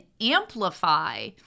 amplify